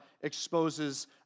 exposes